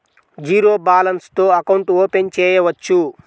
Zero balance తో account open చేయవచ్చు?